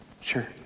sure